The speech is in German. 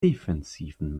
defensiven